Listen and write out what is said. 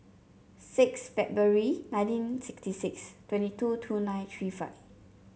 six February nineteen sixty six twenty two two nine three five